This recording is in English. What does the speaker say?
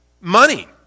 Money